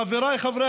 חבריי חברי